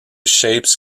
shapes